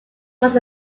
was